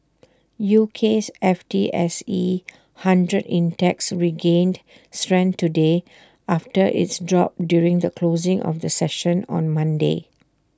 UK's F T S E hundred index regained strength today after its drop during the closing of the session on Monday